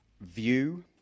view